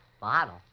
Bottle